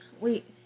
Wait